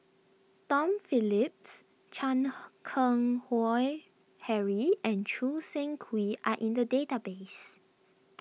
Tom Phillips Chan Keng Howe Harry and Choo Seng Quee are in the database